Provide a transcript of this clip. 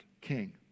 king